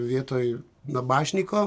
vietoj nabašnyko